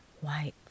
white